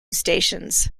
stations